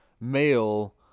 male